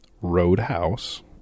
Roadhouse